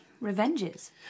Revenges